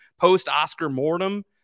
post-Oscar-mortem